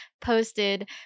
posted